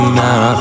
now